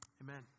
Amen